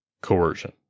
coercion